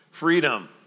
Freedom